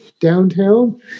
downtown